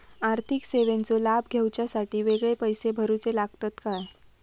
आर्थिक सेवेंचो लाभ घेवच्यासाठी वेगळे पैसे भरुचे लागतत काय?